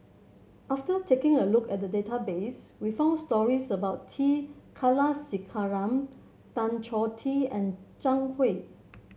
after taking a look at the database we found stories about T Kulasekaram Tan Choh Tee and Zhang Hui